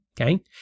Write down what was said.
Okay